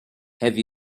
have